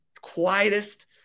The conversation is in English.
quietest